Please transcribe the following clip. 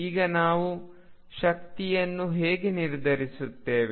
ಈಗ ನಾವು ಶಕ್ತಿಯನ್ನು ಹೇಗೆ ನಿರ್ಧರಿಸುತ್ತೇವೆ